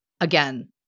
again